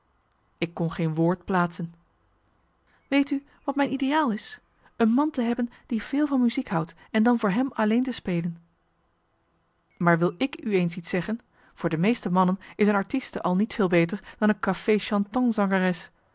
ik kon geen woord plaatsen weet u wat mijn ideaal is een man te hebben die veel van muziek houdt en dan voor hem alleen te spelen maar wil ik u eens iets zeggen voor de meeste mannen is een artieste al niet veel beter dan een